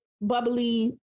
bubbly